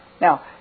Now